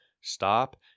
stop